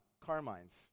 Carmine's